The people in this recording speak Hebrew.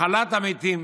הכלת המתים.